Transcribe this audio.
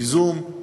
ייזום,